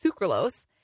sucralose